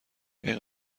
این